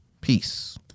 peace